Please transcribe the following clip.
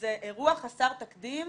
זה אירוע חסר תקדים.